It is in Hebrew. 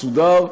מסודר,